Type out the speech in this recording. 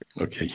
Okay